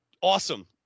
awesome